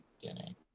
beginning